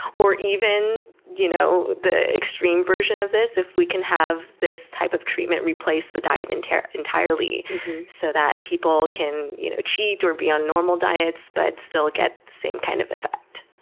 or even you know the extreme version of this, if we can have this type of treatment replace the diet entirely entirely so that people can you know cheat or be on normal diets but still get the same kind of effect.